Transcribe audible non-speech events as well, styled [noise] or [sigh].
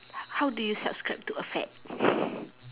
h~ how do you subscribe to a fad [laughs]